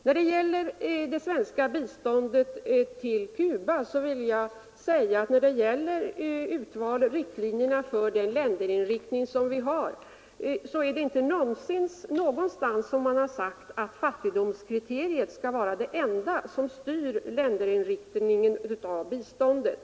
När det gäller det svenska biståndet till Cuba vill jag säga att det i fråga Nr 65 om riktlinjerna för vårt länderval inte någonstans har sagts att Onsdagen den fattigdomskriteriet skall vara det enda som styr inriktningen av biståndet.